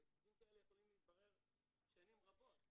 הרי סיפורים כאלה יכולים להתברר שנים רבות.